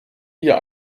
dir